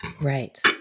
Right